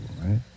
right